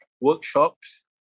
workshops